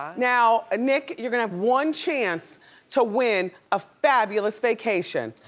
now, ah nick you're gonna have one chance to win a fabulous vacation,